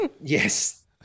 yes